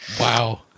Wow